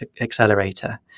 accelerator